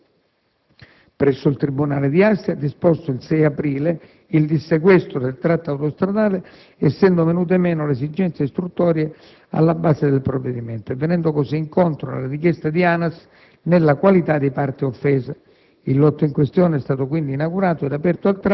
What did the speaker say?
In merito, si informa che la procura della Repubblica presso il tribunale di Asti ha disposto in data 6 aprile il dissequestro del tratto autostradale essendo venute meno le esigenze istruttorie alla base del provvedimento e venendo così incontro alle richieste di ANAS nella qualità di parte offesa.